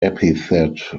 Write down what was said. epithet